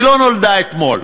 היא לא נולדה אתמול.